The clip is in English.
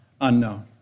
unknown